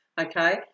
okay